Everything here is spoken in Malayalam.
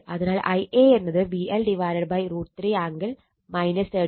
അതിനാൽ Ia എന്നത് VL√ 3 ആംഗിൾ 30oZY